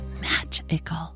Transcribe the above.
magical